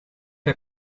der